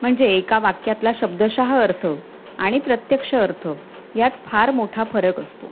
म्हणजे एका वाक्यातला शब्दशः अर्थ आणि प्रत्यक्ष अर्थ यात फार मोठा फरक असतो